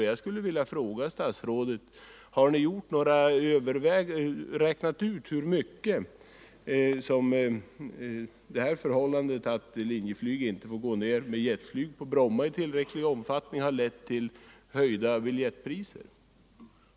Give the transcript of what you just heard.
Har det gjorts några beräkningar, herr statsråd, av hur mycket det förhållandet att Linjeflyg inte får gå ned på Bromma med jetflyg i tillräcklig omfattning har lett till höjda biljettpriser?